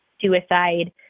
suicide